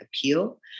appeal